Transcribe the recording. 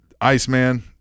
Iceman